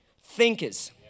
thinkers